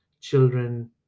children